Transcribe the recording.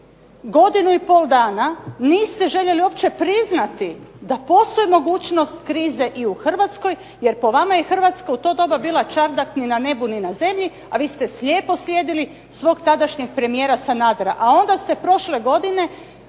godinu i pol dana niste željeli uopće priznati da postoji mogućnost krize i u Hrvatskoj, jer po vama je Hrvatska u to doba bila čardak ni na nebu ni na zemlji, a vi ste slijepo slijedili svog tadašnjeg premijera Sanadera, a onda ste prošle godine